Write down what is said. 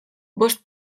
bost